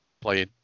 playing